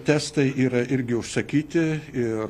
testai yra irgi užsakyti ir